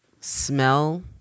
smell